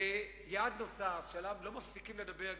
יעד נוסף שעליו לא מפסיקים לדבר,